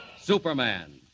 Superman